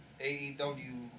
AEW